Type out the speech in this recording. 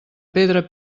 pedra